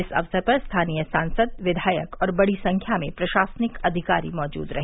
इस अवसर पर स्थानीय सांसद विधायक और बड़ी संख्या में प्रशासनिक अधिकारी मौजूद रहे